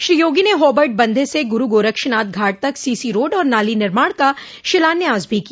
श्री योगी ने हाबर्ट बंधे से गुरू गोरक्षनाथ घाट तक सीसी रोड और नाली निर्माण का शिलान्यास भी किया